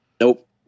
Nope